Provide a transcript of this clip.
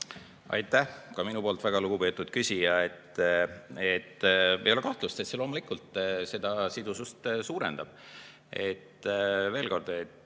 Aitäh, väga lugupeetud küsija! Ei ole kahtlust, et see loomulikult seda sidusust suurendab.